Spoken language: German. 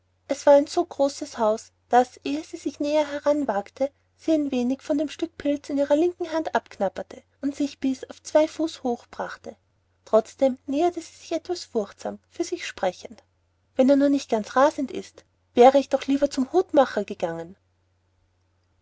es war ein so großes haus daß ehe sie sich näher heran wagte sie ein wenig von dem stück pilz in ihrer linken hand abknabberte und sich bis auf zwei fuß hoch brachte trotzdem näherte sie sich etwas furchtsam für sich sprechend wenn er nur nicht ganz rasend ist wäre ich doch lieber zu dem hutmacher gegangen